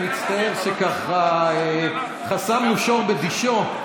אני מצטער שככה חסמנו שור בדישו,